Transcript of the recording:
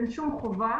אין חובה